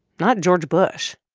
not george bush.